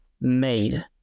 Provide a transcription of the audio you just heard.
made